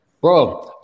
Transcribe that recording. Bro